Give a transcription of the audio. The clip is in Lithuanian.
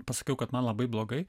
pasakiau kad man labai blogai